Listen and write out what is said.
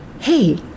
Hey